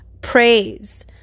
praise